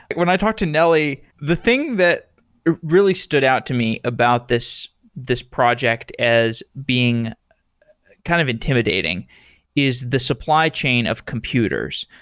when i talked to nelly, the thing that really stood out to me about this this project as being kind of intimidating is the supply chain of computers.